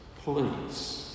please